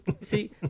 See